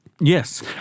Yes